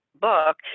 book